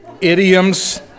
idioms